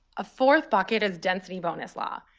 a fourth bucket is density bonus law.